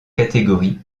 catégorie